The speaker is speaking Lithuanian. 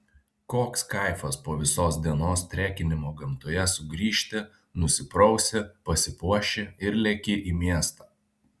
koks kaifas po visos dienos trekinimo gamtoje sugrįžti nusiprausi pasipuoši ir leki į miestą